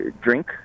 drink